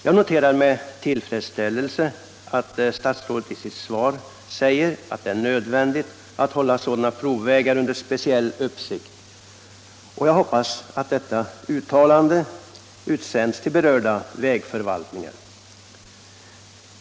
Jag noterar med tillfredsställelse att statsrådet i sitt svar säger att det är nödvändigt att hålla sådana provvägar under speciell uppsikt, och jag hoppas att detta uttalande utsänds till berörda vägförvaltningar.